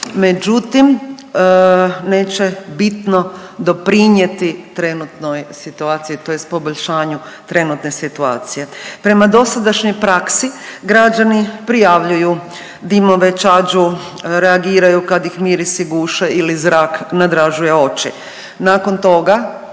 međutim neće bitno doprinijeti trenutnoj situaciji tj. poboljšanju trenutne situacije. Prema dosadašnjoj praksi građani prijavljuju dimove, čađu, reagiraju kad ih mirisi guše ili zrak nadražuje oči, nakon toga